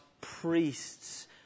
priests